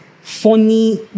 funny